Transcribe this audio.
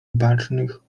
bacznych